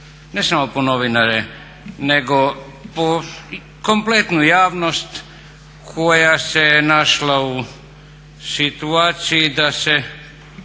ne samo po novinare nego po kompletnu javnost koja se našla u situaciji da se